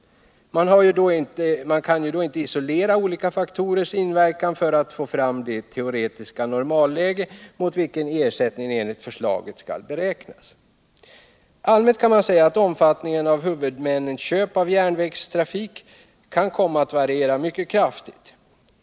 Man kan ju då inte isolera olika faktorers inverkan för att få fram det teoretiska normalläge mot vilket ersättningen enligt förslaget skall beräknas. förbättra kollektiv Allmänt kan man säga att omfattningen av huvudmännens köp av järnvägstrafik kan komma att variera kraftigt.